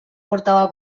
portava